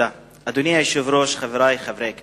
אדוני היושב-ראש, תודה, חברי חברי הכנסת,